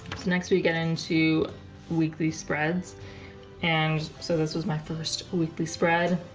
next week get into weekly spreads and so this was my first weekly spread